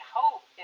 hope